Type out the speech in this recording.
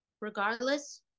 regardless